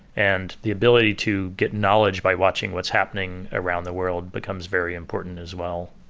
and the ability to get knowledge by watching what's happening around the world becomes very important as well